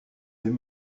deux